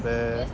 the